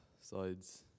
sides